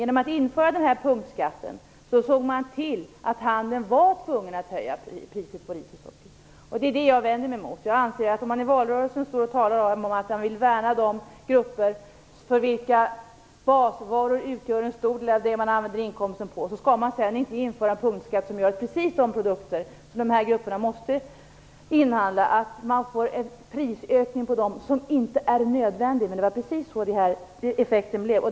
Genom att införa punktskatten såg man till att handeln blev tvungen att höja priset på ris och socker, och det är det som jag vänder mig mot. Jag anser att om man i valrörelsen talar om att man vill värna de grupper för vilka basvaror utgör en stor del av det som man använder inkomsten till, skall man sedan inte införa en punktskatt som gör att det blir en prisökning på precis dessa produkter vilken inte är nödvändig. Det var just den effekten som uppstod.